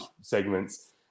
segments